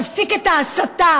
תפסיק את ההסתה.